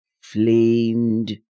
FLAMED